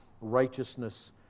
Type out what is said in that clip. righteousness